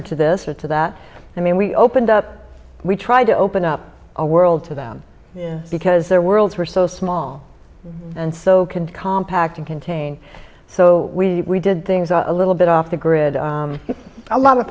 or to this or to that i mean we opened up we tried to open up a world to them because their worlds were so small and so can compact and contain so we did things a little bit off the grid a lot of